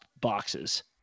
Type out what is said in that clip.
boxes